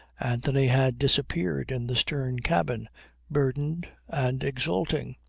anthony had disappeared in the stern-cabin, burdened and exulting.